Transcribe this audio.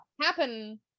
happen